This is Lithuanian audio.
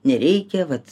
nereikia vat